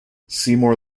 seymour